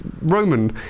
Roman